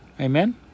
Amen